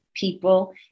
people